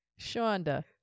Shonda